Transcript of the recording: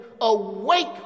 Awake